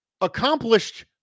accomplished